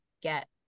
get